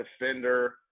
defender